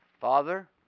Father